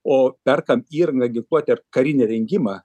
o perkant įrangą ginkluotę ir karinį rengimą